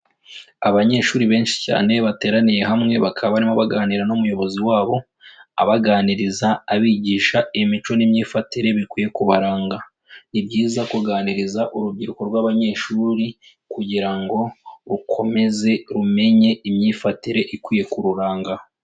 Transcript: Abanyeshuri benshi cyane bateraniye hamwe bakaba barimo baganira n'umuyobozi wabo, abaganiriza abigisha imico n'imyifatire bikwiye kubaranga, ni byiza kuganiriza urubyiruko rw'abanyeshuri kugira ngo rukomeze rumenye imyifatire ikwiye kururanga.